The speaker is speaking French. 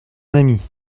ami